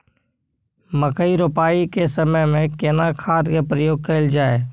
मकई रोपाई के समय में केना खाद के प्रयोग कैल जाय?